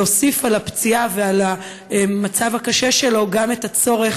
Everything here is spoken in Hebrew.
להוסיף על הפציעה ועל המצב הקשה שלו גם את הצורך